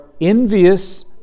envious